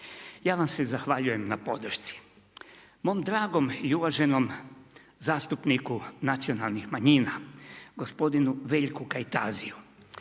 Ja vam se zahvaljujem na podršci. Mom dragom i uvaženom zastupniku nacionalnih manjina, gospodinu Veljku Kajtaziju.